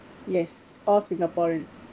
yes all singaporean